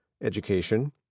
education